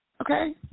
Okay